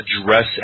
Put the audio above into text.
address